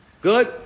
Good